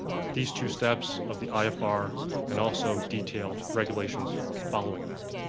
these two steps of the ifr and also detailed regulations following that.